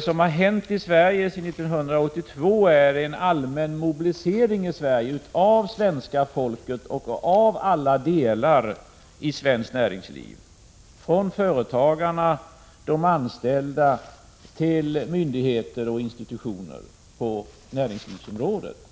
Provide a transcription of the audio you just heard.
sedan 1982 har varit en allmän mobilisering i Sverige av svenska folket och av alla delar i svenskt näringsliv — från företagarna och de anställda till myndigheter och institutioner på näringslivsområdet.